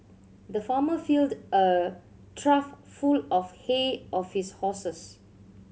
the farmer filled a trough full of hay of his horses